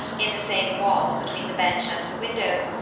in the same wall, between the bench and the windows,